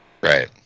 Right